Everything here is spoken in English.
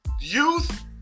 youth